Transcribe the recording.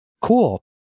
cool